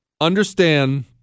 Understand